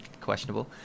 questionable